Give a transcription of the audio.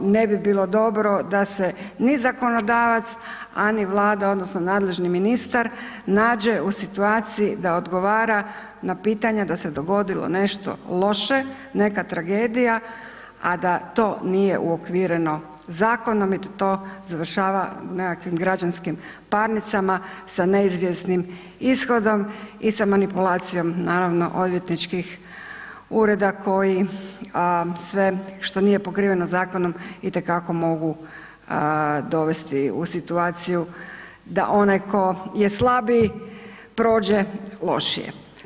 Ne bi bilo dobro da se ni zakonodavac, a ni Vlada odnosno nadležni ministar nađe u situaciji da odgovara na pitanja da se dogodilo nešto loše, neka tragedija a da to nije uokvireno zakonom i da to završava nekakvim građanskim parnicama sa neizvjesnim ishodom i sa manipulacijom naravno odvjetničkih ureda koji sve što nije pokriveno zakonom itekako mogu dovesti u situaciju da onaj tko je slabiji prođe lošije.